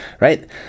Right